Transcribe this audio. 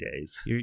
days